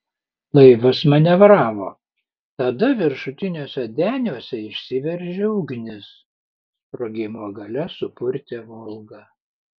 laivas manevravo tada viršutiniuose deniuose išsiveržė ugnis sprogimo galia supurtė volgą